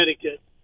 Connecticut